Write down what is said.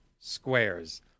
squares